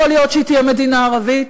יכול להיות שהיא תהיה מדינה ערבית,